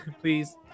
Please